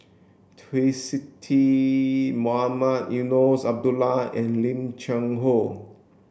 Twisstii Mohamed Eunos Abdullah and Lim Cheng Hoe